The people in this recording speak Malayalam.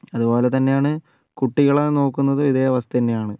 അതുപോലെ തന്നെയാണ് കുട്ടികളെ നോക്കുന്നതും ഇതേ അവസ്ഥ തന്നെയാണ്